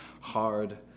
hard